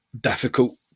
difficult